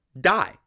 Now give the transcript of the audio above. die